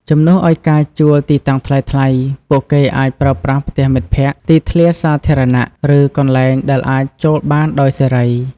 ជំនួសឲ្យការជួលទីតាំងថ្លៃៗ ពួកគេអាចប្រើប្រាស់ផ្ទះមិត្តភក្តិ ទីធ្លាសាធារណៈ ឬកន្លែងដែលអាចចូលបានដោយសេរី។